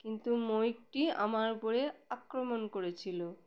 কিন্তু ময়ূরটি আমার উপরে আক্রমণ করেছিল